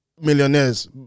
millionaires